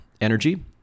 energy